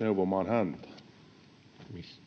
neuvomaan häntä? [Speech